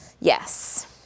Yes